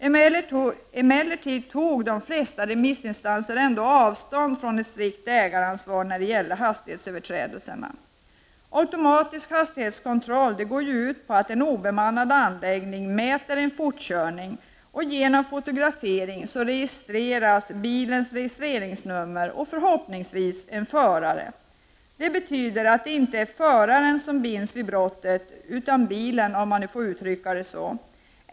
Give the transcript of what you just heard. Emellertid tog de flesta remissinstanser avstånd från ett strikt ägaransvar när det gäller hastighetsöverträdelser. Automatisk hastighetskontroll går ut på att en obemannad anläggning mäter en fortkörning och genom fotografering registrerar bilens registreringsnummer och förhoppningsvis en förare. Det betyder att det inte är föraren som binds vid brottet utan bilen, om man får uttrycka det så.